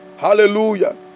Hallelujah